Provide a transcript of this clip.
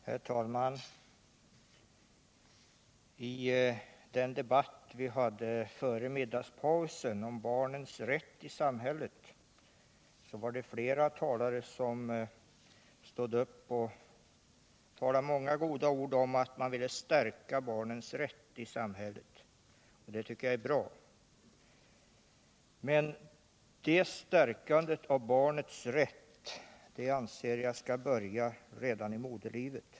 Herr talman! I den debatt om barnens rätt i samhället som vi hade före middagspausen stod flera talare upp och sade många vackra ord om att de ville stärka denna barnens rätt, och det tycker jag är bra. Men detta stärkande av barnens rätt anser jag skall börja redan i moderlivet.